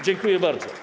Dziękuję bardzo.